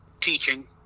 teaching